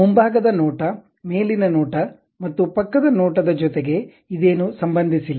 ಮುಂಭಾಗದ ನೋಟ ಮೇಲಿನ ನೋಟ ಮತ್ತು ಪಕ್ಕದ ನೋಟದ ಜೊತೆಗೆ ಇದೇನು ಸಂಭಂಧಿಸಿಲ್ಲ